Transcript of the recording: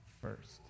first